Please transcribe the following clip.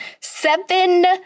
Seven